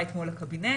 אתמול לקבינט.